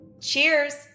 Cheers